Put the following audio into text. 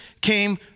came